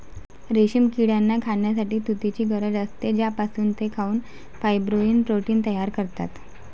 रेशीम किड्यांना खाण्यासाठी तुतीची गरज असते, ज्यापासून ते खाऊन फायब्रोइन प्रोटीन तयार करतात